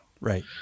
right